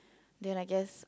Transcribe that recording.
then I guess